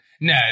No